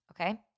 okay